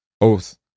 oath